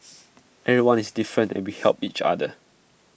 everyone is different and we help each other